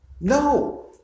No